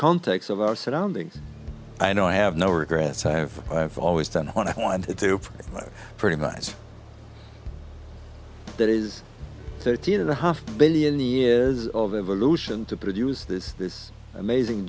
context of our surroundings i know i have no regrets i have i've always done what i wanted to pretty much that is thirteen and a half billion years of evolution to produce this this amazing